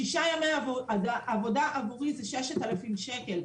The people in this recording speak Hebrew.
שישה ימי עבודה עבורי זה 6,000 שקל.